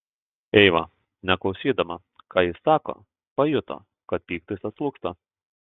eiva neklausydama ką jis sako pajuto kad pyktis atslūgsta